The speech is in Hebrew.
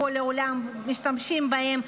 בכל העולם משתמשים בהם,